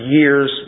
years